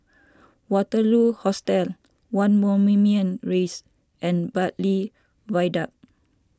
Waterloo Hostel one Moulmein Rise and Bartley Viaduct